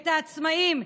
את העצמאים,